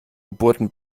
geburten